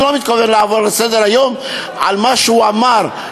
אני לא מתכוון לעבור לסדר-היום על מה שהוא אמר.